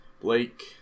Blake